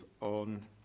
on